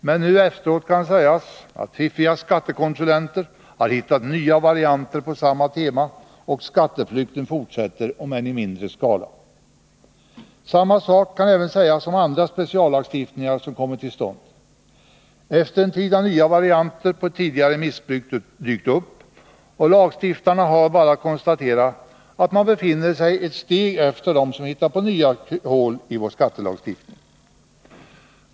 Men nu efteråt kan det sägas att fiffiga skattekonsulenter har hittat nya varianter på samma tema och att skatteflykten fortsätter, om än i mindre skala. Samma sak kan sägas även om andra speciallagstiftningar som kommit till stånd. Efter en tid har nya varianter på ett tidigare missbruk dykt upp, och lagstiftarna har bara att konstatera att man befinner sig ett steg efter demsom Nr 34 hittar nya hål i vår skattelagstiftning.